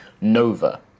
Nova